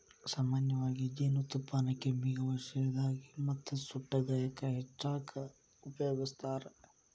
ಸಾಮನ್ಯವಾಗಿ ಜೇನುತುಪ್ಪಾನ ಕೆಮ್ಮಿಗೆ ಔಷದಾಗಿ ಮತ್ತ ಸುಟ್ಟ ಗಾಯಕ್ಕ ಹಚ್ಚಾಕ ಉಪಯೋಗಸ್ತಾರ